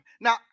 Now